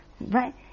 right